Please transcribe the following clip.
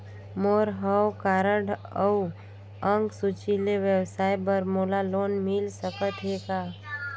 मोर हव कारड अउ अंक सूची ले व्यवसाय बर मोला लोन मिल सकत हे का?